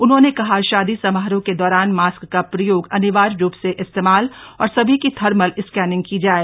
उन्होंने कहा शादी समारोह के दौरान मास्क का प्रयोग अनिवार्य रूप से इस्तेमाल और सभी की थर्मल स्कैनिंग की जाए